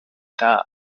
that